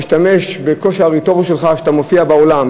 משתמש בכושר הרטורי שלך כשאתה מופיע בעולם,